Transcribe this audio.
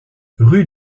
rue